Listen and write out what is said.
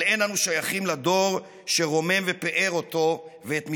אבל אין אנו שייכים לדור שרומם ופיאר אותו ואת משטרו,